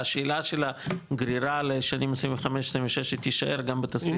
שהשאלה של הגרירה לשנים 25-26 היא תישאר גם בתסריט הכי אופטימי.